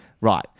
Right